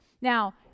Now